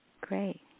Great